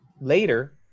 later